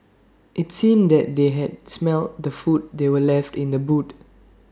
IT seemed that they had smelt the food that were left in the boot